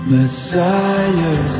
Messiah